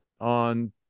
on